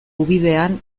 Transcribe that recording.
ubidean